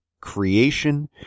creation